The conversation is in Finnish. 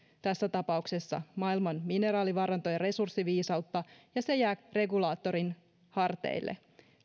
tässä tapauksessa maailman mineraalivarantoja resurssiviisautta ja se jää regulaattorin harteille